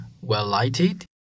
well-lighted